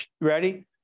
Ready